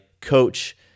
coach